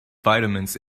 vitamins